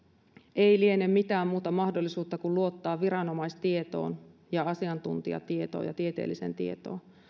ei liene mitään muuta mahdollisuutta kuin luottaa viranomaistietoon ja asiantuntijatietoon ja tieteelliseen tietoon